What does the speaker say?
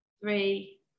three